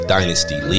Dynasty